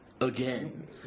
Again